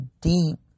deep